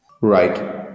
Right